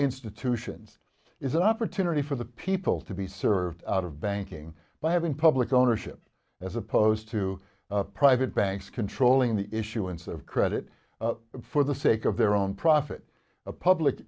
institutions is an opportunity for the people to be served out of banking by having public ownership as opposed to private banks controlling the issuance of credit for the sake of their own profit a public